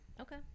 Okay